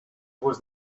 was